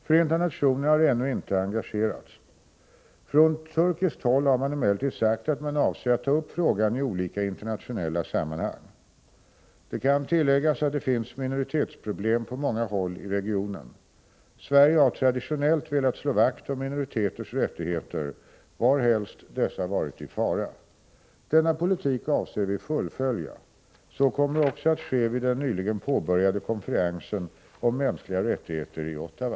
Förenta nationerna har ännu inte engagerats. Från turkiskt håll har man emellertid sagt att man avser ta upp frågan i olika internationella sammanhang. Det kan tilläggas att det finns minoritetsproblem på många håll i regionen. Sverige har traditionellt velat slå vakt om minoriteters rättigheter, varhelst dessa varit i fara. Denna politik avser vi fullfölja. Så kommer också att ske vid den nyligen påbörjade konferensen om mänskliga rättigheter i Ottawa.